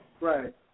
Right